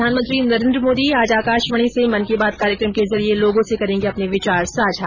प्रधानमंत्री नरेन्द्र मोदी आज आकाशवाणी से मन की बात कार्यक्रम के जरिए लोगों से करेगें अपने विचार साझा